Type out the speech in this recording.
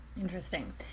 Interesting